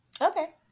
Okay